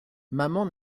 maman